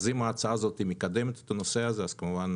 אם ההצעה הזאת מקדמת את הנושא הזה, אז כמובן